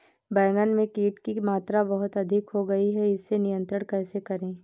बैगन में कीट की मात्रा बहुत अधिक हो गई है इसे नियंत्रण कैसे करें?